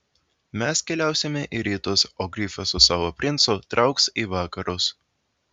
mes keliausime į rytus o grifas su savo princu trauks į vakarus